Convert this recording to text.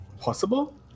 Possible